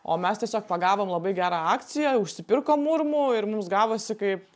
o mes tiesiog pagavom labai gerą akciją užsipirkom urmu ir mums gavosi kaip